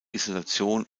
isolation